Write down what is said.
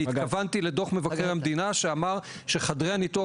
אני התכוונתי לדוח מבקר המדינה שאמר שחדרי הניתוח